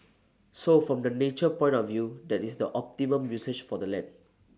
so from the nature point of view that is the optimum usage for the land